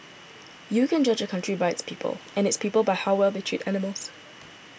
you can judge a country by its people and its people by how well they treat animals